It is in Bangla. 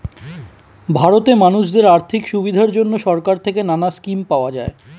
ভারতে মানুষদের আর্থিক সুবিধার জন্যে সরকার থেকে নানা স্কিম পাওয়া যায়